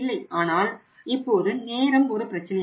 ஆனால் இப்போது நேரம் ஒரு பிரச்சினையாகும்